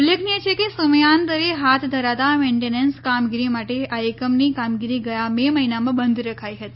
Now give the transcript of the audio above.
ઉલ્લેખનીય છે કે સમયાંતરે હાથ ધરાતા મેન્ટેનન્સ કામગીરી માટે આ એકમની કામગીરી ગયા મે મહિનામાં બંધ રખાઈ હતી